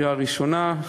קריאה ראשונה,